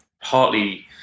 partly